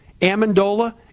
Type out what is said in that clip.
Amendola